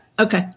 okay